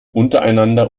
untereinander